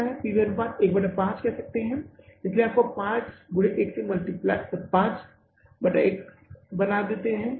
P V अनुपात आप 15 कह सकते हैं इसलिए आप इसे 5 से 1 की तरह बना रहे हैं इसलिए यह कितने रुपये का हो जाएगा